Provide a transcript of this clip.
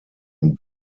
und